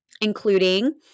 including